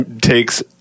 takes